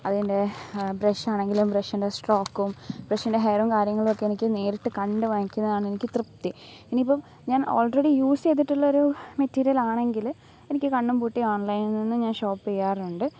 അതിൻ്റെ ബ്രഷാണെങ്കിലും ബ്രഷിൻ്റെ സ്ട്രോക്കും ബ്രഷിൻ്റെ ഹെയറും കാര്യങ്ങളുമൊക്കെ എനിക്ക് നേരിട്ട് കണ്ടു വാങ്ങിക്കുന്നതാണ് എനിക്ക് തൃപ്തി ഇനി ഇപ്പം ഞാൻ ഓൾറെഡി യൂസ് ചെയ്തിട്ടുള്ള ഒരു മെറ്റീരിയൽ ആണെങ്കിൽ എനിക്ക് കണ്ണും പൂട്ടി ഓൺലൈനിൽ നിന്ന് ഞാൻ ഷോപ്പ് ചെയ്യാറുണ്ട്